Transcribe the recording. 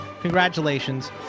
Congratulations